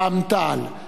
רע"ם-תע"ל,